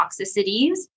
toxicities